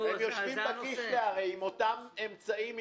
הם יושבים עם אותם אמצעים,